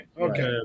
okay